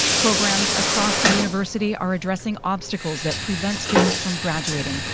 programs across the university are addressing obstacles that prevent students from graduating.